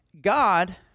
God